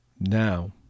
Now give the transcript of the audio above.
now